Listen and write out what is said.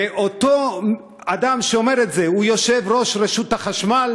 ואותו אדם שאומר את זה הוא יושב-ראש בחברת החשמל